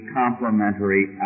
complementary